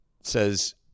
says